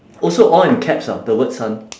also all in caps ah the word sun